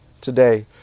today